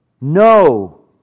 no